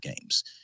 games